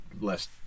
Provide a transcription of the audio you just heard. less